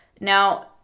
now